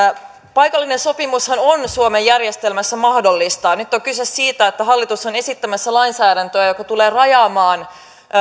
paikallinen sopimushan on suomen järjestelmässä mahdollista nyt on kyse siitä että hallitus on esittämässä lainsäädäntöä joka tulee rajaamaan